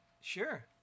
sure